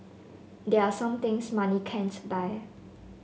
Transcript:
there are some things money can't buy